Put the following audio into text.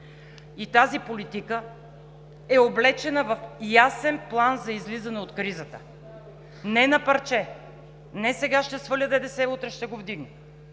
и тази политика е облечена в ясен план за излизане от кризата. Не на парче, не „сега ще сваля ДДС, а утре ще го вдигна“,